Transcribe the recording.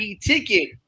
ticket